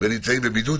ונמצאים בבידוד.